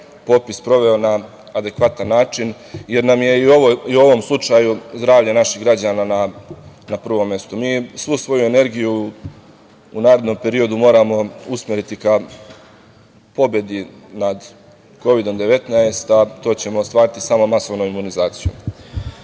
popis sproveo na adekvatan način jer nam je i u ovom slučaju zdravlje naših građana na prvom mestu. Mi svu svoju energiju u narednom periodu moramo usmeriti ka pobedi nad Kovidom-19, a to ćemo ostvariti samo masovnom imunizacijom. Značaj